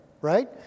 right